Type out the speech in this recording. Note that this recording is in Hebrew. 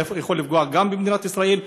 אלא יכול לפגוע גם במדינת ישראל,